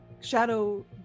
Shadow